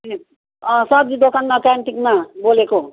सब्जी दोकानमा क्यान्टिनमा बोलेको